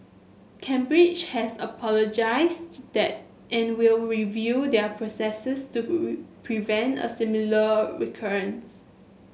Cambridge has apologises and will review their processes to prevent a similar recurrence